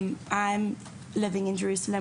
אני גרה בירושלים,